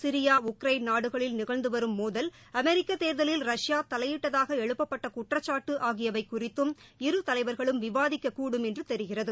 Syria Ukraine நாடுகளில் நிகழ்ந்து வரும் மோதல் அமெரிக்க தேர்தலில் ரஷ்யா தலையிட்டதாக எழுப்பப்பட்ட குற்றச்சாட்டு ஆகியவை குறித்தும் இரு தலைவர்களும் விவாதிக்கக்கூடும் என்று தெரிகிறது